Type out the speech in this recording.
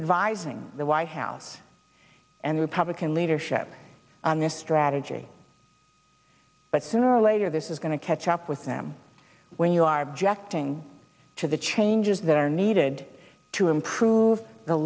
advising the white house and republican leadership on this strategy but sooner or later this is going to catch up with them when you are objecting to the changes that are needed to improve the